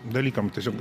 dalykam tiesiog